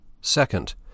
Second